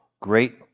Great